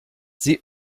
sie